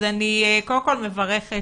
אז אני קודם כל מברכת